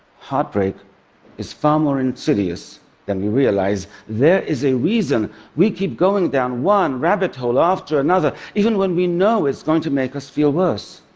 heartbreak is far more insidious than we realize. there is a reason we keep going down one rabbit hole after another, even when we know it's going to make us feel worse.